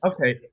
Okay